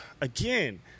again